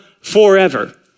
forever